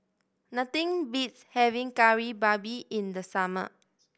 nothing beats having Kari Babi in the summer